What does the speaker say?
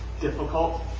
difficult